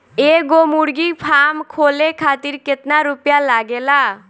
एगो मुर्गी फाम खोले खातिर केतना रुपया लागेला?